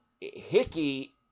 Hickey